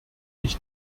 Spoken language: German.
ich